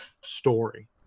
story